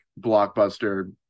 blockbuster